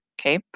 okay